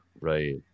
right